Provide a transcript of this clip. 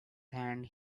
hand